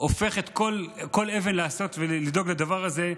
הופך כל אבן כדי לדאוג לדבר הזה,